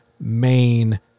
main